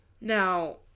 Now